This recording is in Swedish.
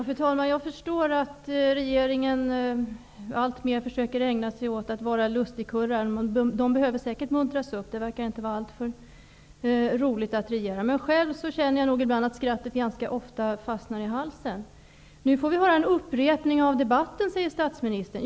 Fru talman! Jag förstår att regeringsmedlemmarna alltmer försöker ägna sig åt att vara lustigkurrar. De behöver säkert muntras upp. Det verkar inte vara alltför roligt att regera, men själv känner jag att skrattet ganska ofta fastnar i halsen. Nu får vi höra en upprepning av debatten, säger statsministern.